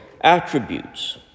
attributes